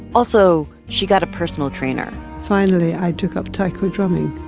also, she got a personal trainer finally, i took up taiko drumming,